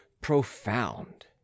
profound